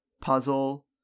puzzle